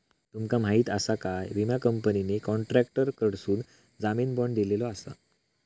तुमका माहीत आसा काय, विमा कंपनीने कॉन्ट्रॅक्टरकडसून जामीन बाँड दिलेलो आसा